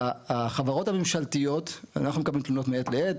בחברות הממשלתיות אנחנו מקבלים תלונות מעת לעת.